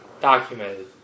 Documented